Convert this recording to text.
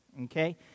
okay